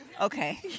Okay